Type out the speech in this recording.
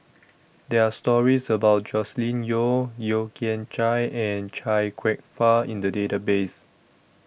There Are stories about Joscelin Yeo Yeo Kian Chai and Chia Kwek Fah in The Database